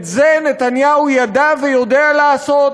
את זה נתניהו ידע ויודע לעשות,